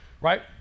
right